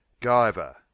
Giver